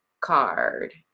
card